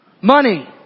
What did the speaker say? Money